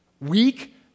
Weak